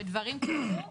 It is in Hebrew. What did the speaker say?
זמר,